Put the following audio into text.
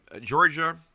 Georgia